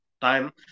time